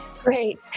Great